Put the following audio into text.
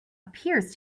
appears